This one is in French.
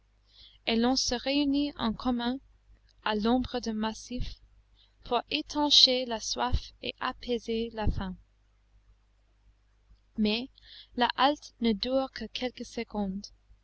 et l'on se réunit en commun à l'ombre d'un massif pour étancher la soif et apaiser la faim mais la halte ne dure que quelques secondes